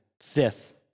fifth